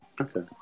Okay